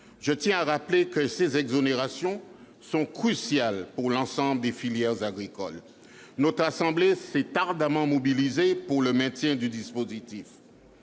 je tiens à rappeler que ces exonérations sont cruciales pour l'ensemble des filières agricoles. Notre assemblée s'est ardemment mobilisée pour le maintien du dispositif